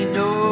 no